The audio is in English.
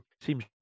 seems